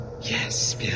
Yes